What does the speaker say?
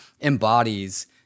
embodies